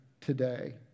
today